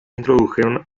introdujeron